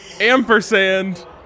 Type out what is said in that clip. ampersand